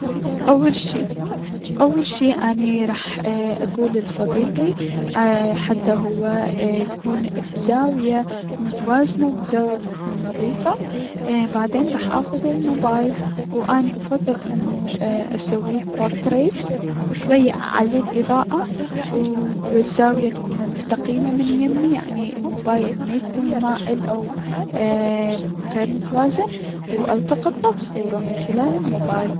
اول شي اني راح اكول لصديقي حتى هو يكون ا بزاوية اتكون متوازنة و بزاوية اتكون نظيفة و اني افضل انو اسويه بورتريت و شوية اعلي الأضاعة و ال زاوية تكون مستقيمة من يمي يعني الموبايل ميكون مائل او غير متوازن و التقطله الصورة من خلال الموبايل.